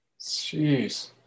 Jeez